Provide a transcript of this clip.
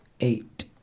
Eight